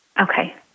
Okay